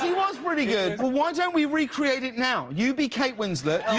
was pretty good. why don't we re-create it now. you be kate winslet,